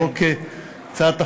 הצעת החוק,